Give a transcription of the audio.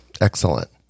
Excellent